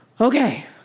okay